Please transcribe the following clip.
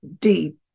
deep